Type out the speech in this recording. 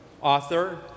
author